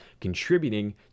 contributing